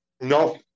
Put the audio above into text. No